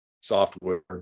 software